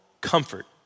comfort